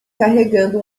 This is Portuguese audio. carregando